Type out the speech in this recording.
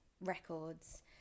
records